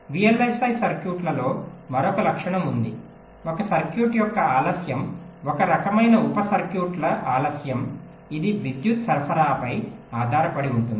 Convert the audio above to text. VLSI సర్క్యూట్లలో మరొక లక్షణం ఉంది ఒక సర్క్యూట్ యొక్క ఆలస్యం ఒక రకమైన ఉప సర్క్యూట్ల ఆలస్యం ఇది విద్యుత్ సరఫరాపై ఆధారపడి ఉంటుంది